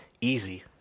easy